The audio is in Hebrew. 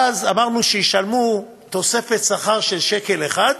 ואז אמרנו שישלמו תוספת שכר של שקל אחד,